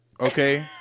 okay